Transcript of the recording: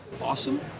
awesome